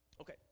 Okay